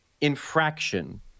infraction